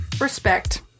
Respect